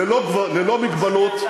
ללא מגבלות,